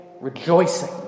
rejoicing